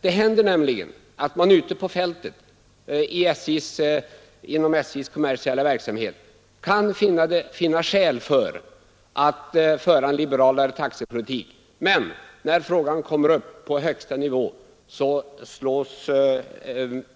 Det händer nämligen att man ute på fältet inom SJ:s kommersiella verksamhet kan finna skäl för att driva en liberalare taxepolitik, men när frågan kommer upp på högsta nivå slås